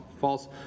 false